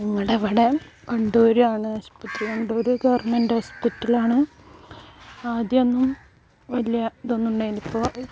ഞങ്ങളുടെ ഇവിടെ കണ്ടൂർ ആണ് ആസ്പത്രി കണ്ടൂർ ഗവൺമെൻ്റ് ഹോസ്പിറ്റൽ ആണ് ആദ്യം ഒന്നും വലിയ ഇതൊന്നും ഉണ്ടായിരുന്നില്ല ഇപ്പോൾ